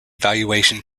valuation